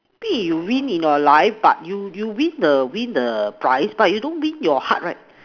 be your wining in your life but you you win the win the prize but you don't win your heart right